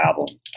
album